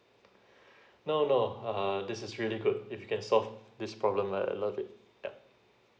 no no uh this is really good if you can solve this problem I I love it yup